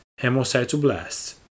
hemocytoblasts